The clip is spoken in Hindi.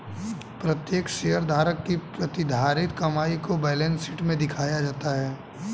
प्रत्येक शेयरधारक की प्रतिधारित कमाई को बैलेंस शीट में दिखाया जाता है